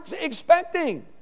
expecting